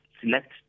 select